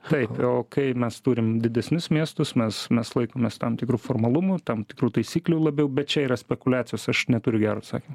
taip o kai mes turim didesnius miestus mes mes laikomės tam tikrų formalumų tam tikrų taisyklių labiau bet čia yra spekuliacijos aš neturiu gero atsakymo